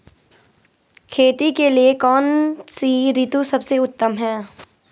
खेती के लिए कौन सी ऋतु सबसे उत्तम है?